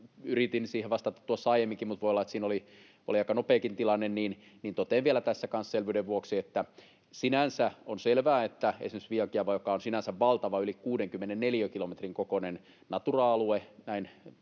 Yritin siihen vastata tuossa aiemminkin, mutta voi olla, että siinä oli aika nopeakin tilanne, niin että totean vielä tässä kanssa selvyyden vuoksi, että sinänsä on selvää, että esimerkiksi Viiankiaavan, joka on sinänsä valtava, yli 60 neliökilometrin kokoinen, Natura-alue